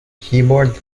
keyboard